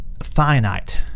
finite